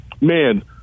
man